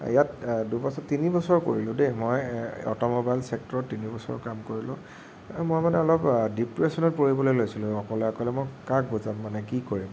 ইয়াত দুবছৰ তিনিবছৰ কৰিলোঁ দেই মই অট' ম'বাইল ছেক্টৰত তিনিবছৰ কাম কৰিলোঁ এই মই মানে অলপ ডিপ্ৰেছনত পৰিবলৈ লৈছিলোঁ অকলে অকলে মই কাক বুজাম মানে কি কৰিম